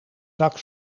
zak